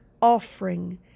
offering